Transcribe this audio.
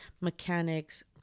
mechanics